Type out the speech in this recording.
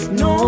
no